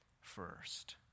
first